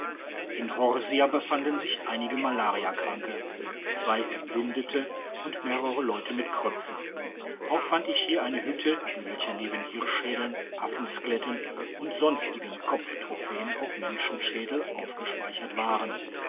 in horsia befanden sich einige malariakranke zwei erblindete und mehrere leute mit kröpfen auch fand ich hier eine hütte in welcher neben hirschschädeln affenskeletten und sonstigen kopftrophäen auch menschenschädel aufgespeichert waren